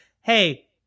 hey